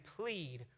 plead